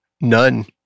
None